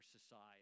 society